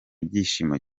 byinshi